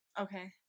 Okay